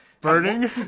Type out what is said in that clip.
Burning